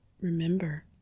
Remember